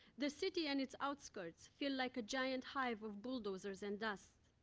the city and its outskirts feel like a giant hive of bulldozers and dust.